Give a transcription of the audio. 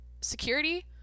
security